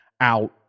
out